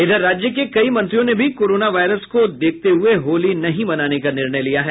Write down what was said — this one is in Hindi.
इधर राज्य के कई मंत्रियों ने भी कोरोना वायरस को देखते हुये होली नहीं मनाने का निर्णय लिया है